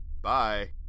Bye